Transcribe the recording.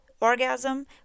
orgasm